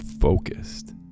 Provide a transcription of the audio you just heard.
focused